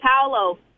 Paolo